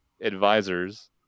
advisors